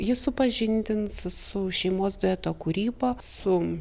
ji supažindins su šeimos dueto kūryba su